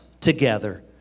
together